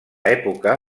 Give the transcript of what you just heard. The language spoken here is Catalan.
època